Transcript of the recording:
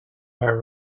are